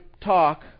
talk